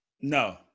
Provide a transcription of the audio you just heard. No